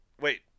Wait